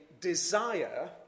desire